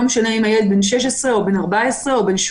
לא משנה אם הילד בן 16, 14 או 17